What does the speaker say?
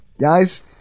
Guys